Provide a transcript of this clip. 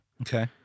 Okay